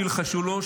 שילחשו לו,